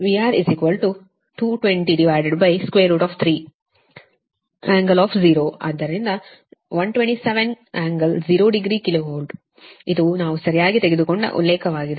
ಆದ್ದರಿಂದ VR 2203∟0 ಆದ್ದರಿಂದ 127 ಕೋನ 0 ಡಿಗ್ರಿ ಕಿಲೋ ವೋಲ್ಟ್ ಇದು ನಾವು ಸರಿಯಾಗಿ ತೆಗೆದುಕೊಂಡ ಉಲ್ಲೇಖವಾಗಿದೆ